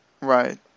Right